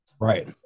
right